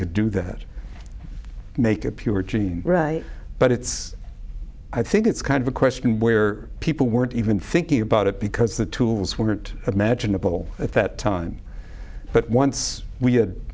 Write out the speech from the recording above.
could do that make it pure gene right but it's i think it's kind of a question where people weren't even thinking about it because the tools weren't imaginable at that time but once we